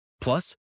Plus